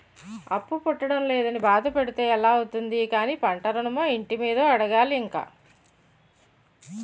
అప్పు పుట్టడం లేదని బాధ పడితే ఎలా అవుతుంది కానీ పంట ఋణమో, ఇంటి మీదో అడగాలి ఇంక